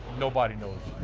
nobody knows.